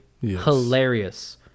hilarious